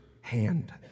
hand